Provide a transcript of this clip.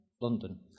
London